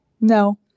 No